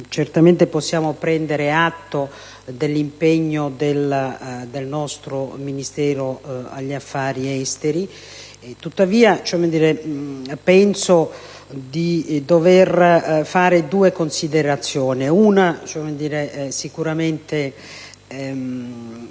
Certamente, possiamo prendere atto dell'impegno del nostro Ministero degli affari esteri. Tuttavia, penso di dover fare due considerazioni: la prima,